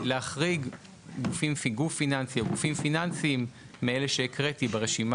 רשאי להחריג גוף פיננסי מהגופים הפיננסיים המנויים להלן,